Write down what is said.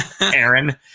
Aaron